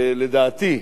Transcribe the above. לדעתי,